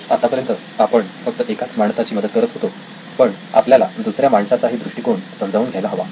आत्तापर्यंत आपण फक्त एकाच माणसाची मदत करत होतो पण आपल्याला दुसऱ्या माणसाचाही दृष्टिकोन समजावून घ्यायला हवा